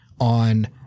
on